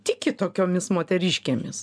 tiki tokiomis moteriškėmis